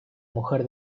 mujer